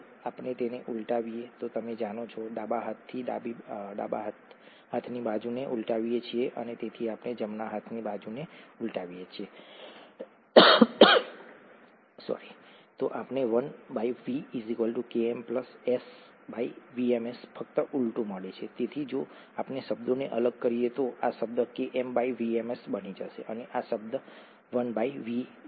જો આપણે તેને ઉલટાવીએ તો તમે જાણો છો ડાબા હાથની બાજુને ઉલટાવીએ છીએ અને તેથી આપણે જમણા હાથની બાજુને ઉલટાવીએ છીએ તો આપણને 1V KmSVmS ફક્ત ઉલટું મળે છે તેથી જો આપણે શબ્દોને અલગ કરીએ તો આ શબ્દ Km VMS બની જશે અને આ શબ્દ 1v